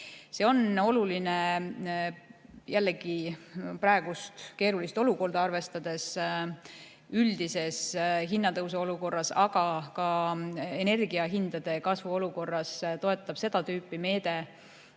See on oluline jällegi praegust keerulist olukorda arvestades. Üldises hinnatõusu olukorras, aga ka energiahindade kasvu olukorras toetab seda tüüpi meede